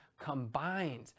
combined